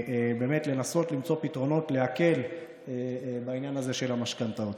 לנסות באמת למצוא פתרונות כדי להקל בעניין הזה של המשכנתאות.